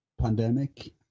pandemic